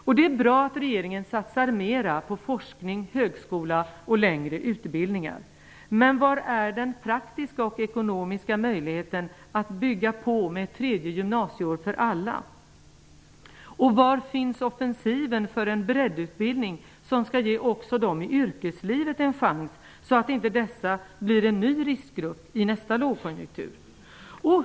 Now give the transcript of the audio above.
Och det är bra att regeringen satsar mer på forskning, högskola och längre utbildningar. Men var är den praktiska och ekonomiska möjligheten att bygga på med ett tredje gymnasieår för alla? Var finns offensiven för en breddutbildning, som skall ge också dem i yrkeslivet en chans -- så att inte dessa blir en ny riskgrupp i nästa lågkonjunktur?